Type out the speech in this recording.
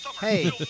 Hey